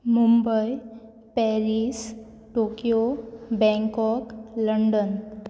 Mumbai Paris Tokyo Bangkok London